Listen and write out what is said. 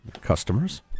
customers